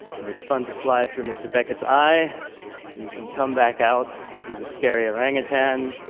and it's fun to fly through mr. beckett's eye. and you can come back out through the scary orangutan.